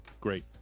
Great